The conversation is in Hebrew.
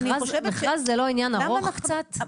מכרז זה לא עניין ארוך קצת?